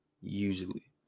Usually